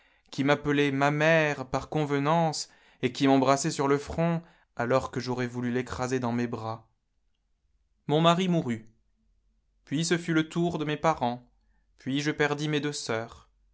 qui m'appelait ma mère par convenance et qui m'embrassait sur le front alors que j'aurais voulu l'écraser dans mes bras mon mari mourut puis ce fut le tour de mes parents puis je perdis mes deux sœurs